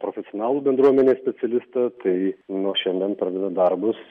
profesionalų bendruomenės specialistą tai na o šiandien pradeda darbus